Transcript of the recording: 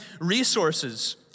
resources